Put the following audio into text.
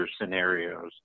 scenarios